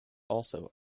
also